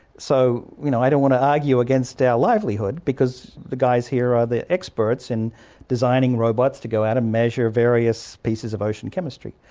so you know i don't want to argue against our livelihood because the guys here are the experts in designing robots to go out and measure various pieces of ocean chemistry.